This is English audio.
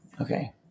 okay